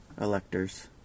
electors